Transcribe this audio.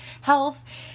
health